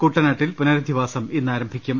കുട്ടനാട്ടിൽ പുനരധിവാസം ഇന്ന് ആരംഭിക്കും